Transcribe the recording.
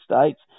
States